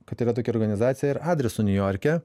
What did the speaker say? kad yra tokia organizacija ir adresu niujorke